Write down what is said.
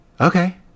Okay